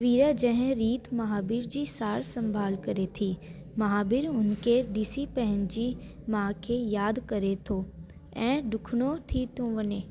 वीरा जंहिं रीति महाबीर जी सार संभाल करे थी महाबीर उन खे ॾिसी पंहिंजी माउ खे यादि करे थो ऐं ॾुखिणो थी थो वञे